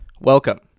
welcome